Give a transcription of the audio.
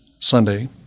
Sunday